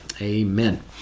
amen